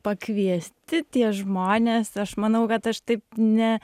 pakviesti tie žmonės aš manau kad aš taip ne